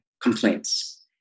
complaints